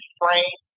frame